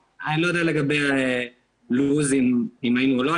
אני לא יודע לגבי לו"זים, אם היינו או לא.